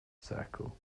circle